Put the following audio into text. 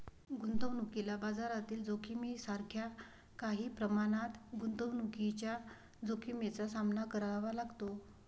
गुंतवणुकीला बाजारातील जोखमीसारख्या काही प्रमाणात गुंतवणुकीच्या जोखमीचा सामना करावा लागतो